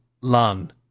Lan